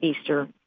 Easter